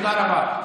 תודה רבה.